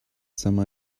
some